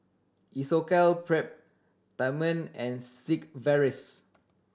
Isocal and Sigvaris